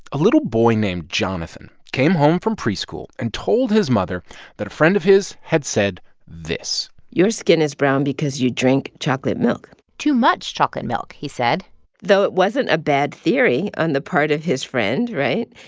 a little boy named jonathan came home from preschool and told his mother that a friend of his had said this your skin is brown because you drink chocolate milk too much chocolate milk, he said though it wasn't a bad theory on the part of his friend, right?